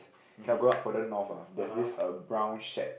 okay I'll go up further north ah there's this uh brown shed